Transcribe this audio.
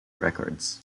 records